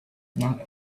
not